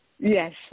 Yes